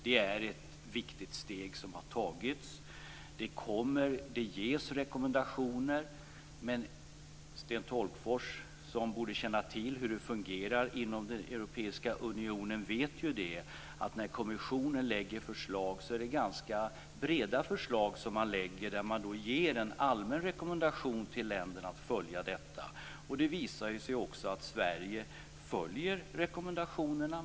Det är ett viktigt steg som tagits. Det ges rekommendationer. Men Sten Tolgfors, som borde känna till hur det fungerar inom den europeiska unionen, vet att när kommissionen lägger fram förslag är det ganska breda förslag där man ger en allmän rekommendation till länderna att följa detta. Det visar sig också att Sverige följer rekommendationerna.